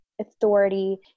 authority